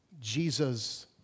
Jesus